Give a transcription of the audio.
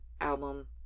album